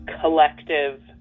collective